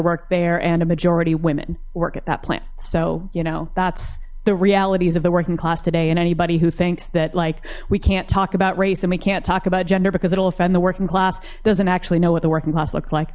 worked there and a majority women work at that plant so you know that's the realities of the working class today and anybody who thinks that like we can't talk about race and we can't talk about gender because it'll offend the working class doesn't actually know what the working class looks like